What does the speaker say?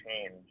change